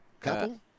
Couple